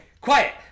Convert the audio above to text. Quiet